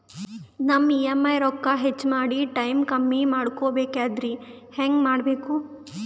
ನಮ್ಮ ಇ.ಎಂ.ಐ ರೊಕ್ಕ ಹೆಚ್ಚ ಮಾಡಿ ಟೈಮ್ ಕಮ್ಮಿ ಮಾಡಿಕೊ ಬೆಕಾಗ್ಯದ್ರಿ ಹೆಂಗ ಮಾಡಬೇಕು?